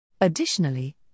Additionally